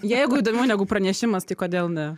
jeigu įdomiau negu pranešimas tai kodėl ne